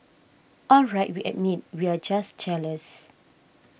all right we admit we're just jealous